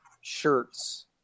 shirts